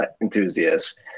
enthusiasts